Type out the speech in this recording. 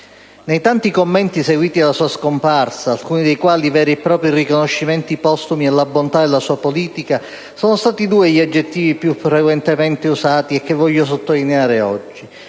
Nei tanti commenti seguiti alla sua scomparsa, alcuni dei quali veri e propri riconoscimenti postumi alla bontà della sua politica, sono stati due gli aggettivi più frequentemente usati e che voglio sottolineare oggi: